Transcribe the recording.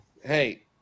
Hey